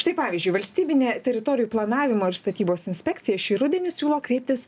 štai pavyzdžiui valstybinė teritorijų planavimo ir statybos inspekcija šį rudenį siūlo kreiptis